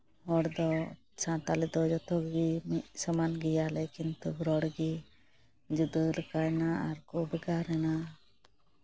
ᱦᱚᱲ ᱫᱚ ᱥᱟᱶᱛᱟᱞᱤ ᱛᱮ ᱡᱚᱛᱚ ᱜᱮ ᱢᱤᱫ ᱥᱚᱢᱟᱱ ᱜᱮᱭᱟᱞᱮ ᱠᱤᱱᱛᱩ ᱨᱚᱲ ᱜᱮ ᱡᱩᱫᱟᱹ ᱞᱮᱠᱟᱭ ᱱᱟ ᱟᱨᱠᱚ ᱵᱷᱮᱜᱟᱨᱮᱱᱟ